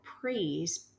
praise